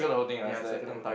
ya circle the whole thing